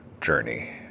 journey